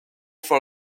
for